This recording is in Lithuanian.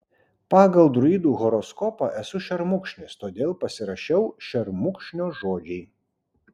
pagal druidų horoskopą esu šermukšnis todėl pasirašiau šermukšnio žodžiai